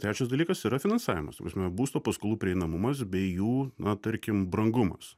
trečias dalykas yra finansavimas ta prasme būsto paskolų prieinamumas bei jų na tarkim brangumas